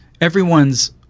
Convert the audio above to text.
everyone's